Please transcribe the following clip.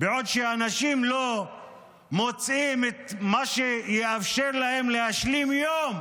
והאנשים לא מוצאים את מה שיאפשר להם להשלים יום.